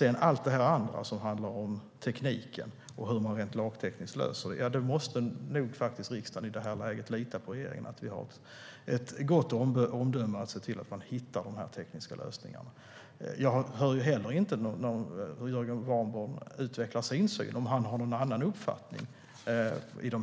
När det gäller allt det andra som handlar om tekniken och hur man lagtekniskt löser detta måste nog riksdagen i det här läget lita på att regeringen har ett gott omdöme när det gäller att hitta de tekniska lösningarna. Jag har inte hört Jörgen Warborn utveckla sin syn, om han har någon annan uppfattning.